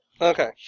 Okay